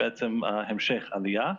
המשך עלייה,